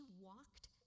walked